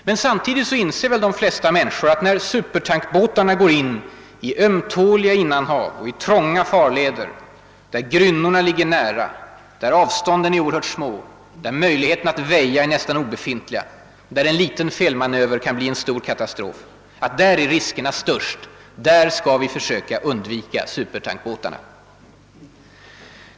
Men samtidigt inser de flesta människor, att när supertankbåtar går in i ömtåliga innanhav och i trånga farleder där grynnorna ligger nära, där avstånden är oerhört små, där möjligheterna att väja är nästan obefintliga, där en liten felmanöver kan bli katastrof — där är riskerna störst. Där skall vi söka undvika supertankbåtarna.